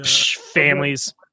Families